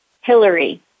Hillary